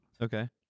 Okay